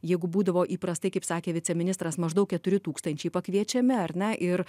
jeigu būdavo įprastai kaip sakė viceministras maždaug keturi tūkstančiai pakviečiami ar ne ir